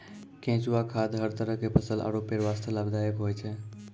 केंचुआ खाद हर तरह के फसल आरो पेड़ वास्तॅ लाभदायक होय छै